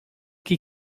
que